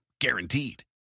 Guaranteed